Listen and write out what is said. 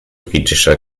britischer